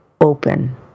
open